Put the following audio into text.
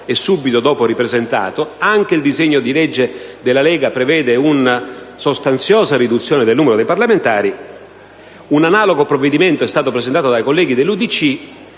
e subito dopo ripresentato; anche il disegno di legge della Lega Nord prevede una sostanziosa riduzione del numero dei parlamentari. Un analogo provvedimento è stato presentato anche dai colleghi dell'UDC